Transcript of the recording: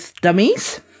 dummies